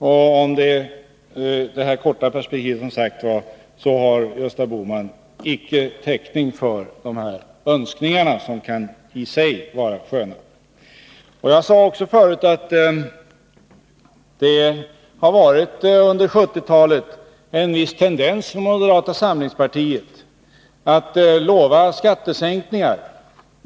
Gösta Bohman har inte täckning för sina önskningar här, även om dei sig kan vara sköna. Jag sade också tidigare att det under 1970-talet fanns en viss tendens från moderata samlingspartiet att lova skattesänkningar.